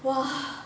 !wah!